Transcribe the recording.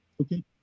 okay